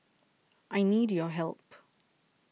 I need your help